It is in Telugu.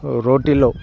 రోటీలు